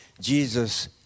Jesus